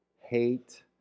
hate